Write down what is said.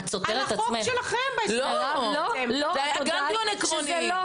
על החוק שלכן --- לא, את אומרת את אותו דבר.